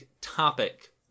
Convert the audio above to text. topic